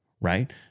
right